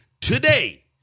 today